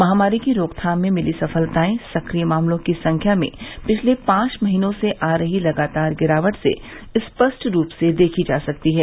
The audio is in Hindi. महामारी की रोकथाम में मिली सफलताए सक्रिय मामलों की संख्या में पिछले पांच महीनों से आ रही लगातार गिरावट से स्पष्ट रूप से देखी जा सकती हैं